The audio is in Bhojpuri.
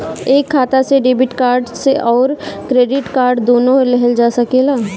एक खाता से डेबिट कार्ड और क्रेडिट कार्ड दुनु लेहल जा सकेला?